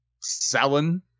selling